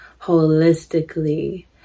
holistically